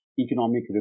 economic